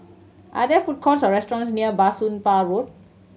are there food courts or restaurants near Bah Soon Pah Road